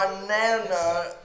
banana